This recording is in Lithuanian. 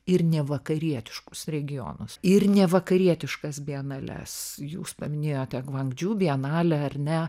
ir nevakarietiškus regionus ir nevakarietiškas bienales jūs paminėjote gvangdžu bienalę ar ne